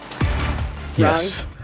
Yes